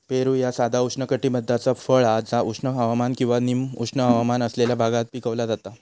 पेरू ह्या साधा उष्णकटिबद्धाचा फळ हा जा उष्ण हवामान किंवा निम उष्ण हवामान असलेल्या भागात पिकवला जाता